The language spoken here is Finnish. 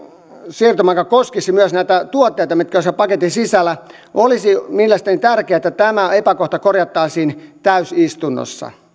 siirtymäaika koskisi myös näitä tuotteita mitkä ovat siellä paketin sisällä olisi mielestäni tärkeää että tämä epäkohta korjattaisiin täysistunnossa